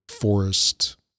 forest